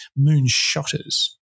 Moonshotters